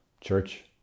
church